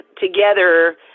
together